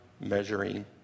measuring